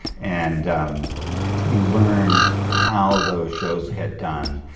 and you learn how those shows get done.